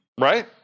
Right